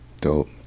Dope